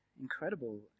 incredible